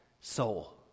soul